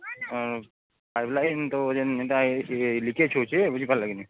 ହଁ pipeline ତ ଯେନ୍ ଏଟା ଇଏ ଲିକେଜ୍ ହଉଛେ ବୁଝିପାରିଲେ କି ନେଇଁ